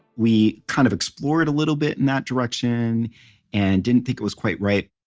we kind of explored a little bit in that direction and didn't think it was quite right.